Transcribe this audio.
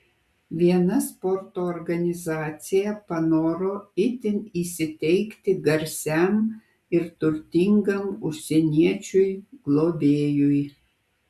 viena sporto organizacija panoro itin įsiteikti garsiam ir turtingam užsieniečiui globėjui